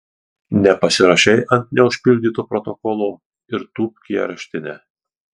nepasirašei ant neužpildyto protokolo ir tūpk į areštinę